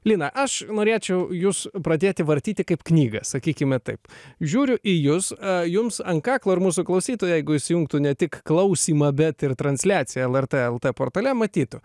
lina aš norėčiau jus pradėti vartyti kaip knygą sakykime taip žiūriu į jus jums ant kaklo ir mūsų klausytojai jeigu įsijungtų ne tik klausymą bet ir transliaciją lrt lt portale matytų